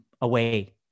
away